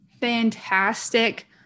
fantastic